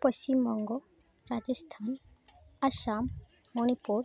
Paschimbanga Rajasthan Assam Manipur